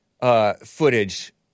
footage